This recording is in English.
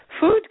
Food